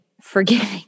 forgiving